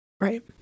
Right